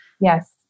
yes